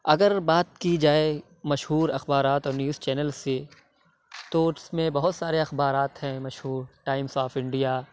اگر بات کی جائے مشہور اخبارات اور نیوز چینلس سے تو اُس میں بہت سارے اخبارات ہیں مشہور ٹائمس آف انڈیا